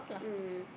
mm